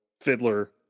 Fiddler